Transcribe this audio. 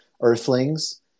Earthlings